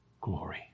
glory